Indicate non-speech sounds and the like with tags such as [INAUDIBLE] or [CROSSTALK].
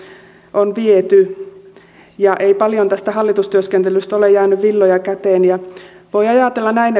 on viety ja ei paljon tästä hallitustyöskentelystä ole jäänyt villoja käteen voi ajatella näin [UNINTELLIGIBLE]